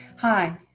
Hi